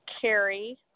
Carrie